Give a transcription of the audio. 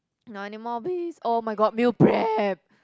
not anymore please [oh]-my-god meal prep